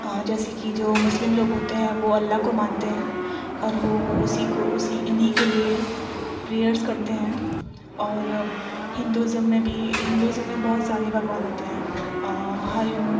جیسے کہ جو مسلم لوگ ہوتے ہیں وہ اللہ کو مانتے ہیں اور وہ اسی کو اسی کو انہیں کے لیے پریئرس کرتے ہیں اور ہندوازم میں بھی ہندوازم میں بہت سارے بھگوان ہوتے ہیں ہر ان